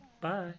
Bye